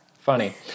Funny